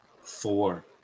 Four